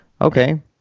Okay